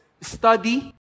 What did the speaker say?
study